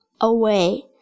away